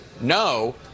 no